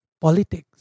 Politics